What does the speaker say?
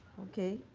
okay.